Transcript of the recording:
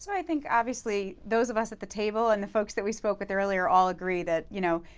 i think, obviously, those of us at the table and the folks that we spoke with earlier all agree that, you know,